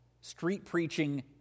street-preaching